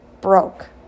broke